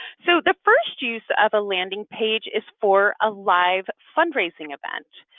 so the first use of a landing page is for a live fundraising event.